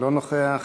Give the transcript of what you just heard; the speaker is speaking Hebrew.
אינו נוכח,